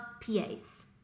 PAs